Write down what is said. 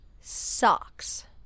Socks